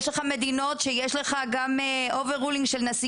יש מדינות שיש אוברולינג של נשיא,